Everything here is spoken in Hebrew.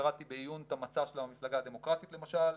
קראתי בעיון את המצע של המפלגה הדמוקרטית, למשל,